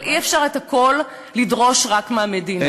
אבל אי-אפשר את הכול לדרוש רק מהמדינה.